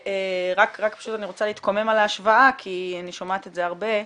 אני פשוט רוצה להתקומם על ההשוואה כי אני שומעת את זה הרבה,